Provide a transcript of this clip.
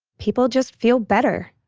people just feel better